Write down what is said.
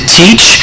teach